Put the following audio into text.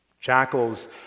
Jackals